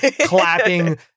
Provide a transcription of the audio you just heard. clapping